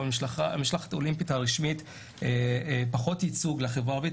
במשלחת האולימפית הרשמית היה פחות ייצוג לחברה הערבית,